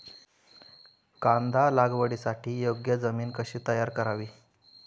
कांदा लागवडीसाठी योग्य जमीन तयार कशी करावी?